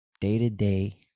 day-to-day